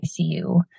ICU